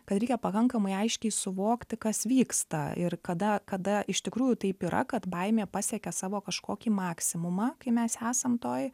kad reikia pakankamai aiškiai suvokti kas vyksta ir kada kada iš tikrųjų taip yra kad baimė pasiekia savo kažkokį maksimumą kai mes esam toj